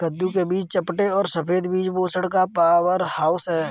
कद्दू के बीज चपटे और सफेद बीज पोषण का पावरहाउस हैं